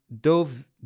dove